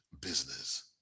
business